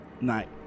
night